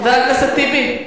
חבר הכנסת אחמד טיבי,